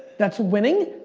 that's winning,